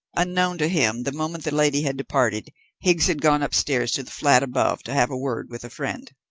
unknown to him, the moment the lady had departed higgs had gone upstairs to the flat above to have a word with a friend.